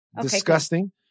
Disgusting